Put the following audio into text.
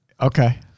Okay